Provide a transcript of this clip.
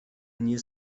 nie